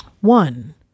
One